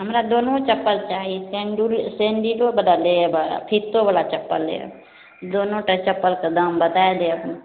हमरा दोनो चप्पल चाही सेंडिल सैंडिलो बला लेब फितो बला चप्पल लेब दोनो टा चप्पलके दाम बता देब